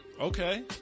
Okay